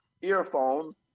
earphones